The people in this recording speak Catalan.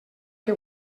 que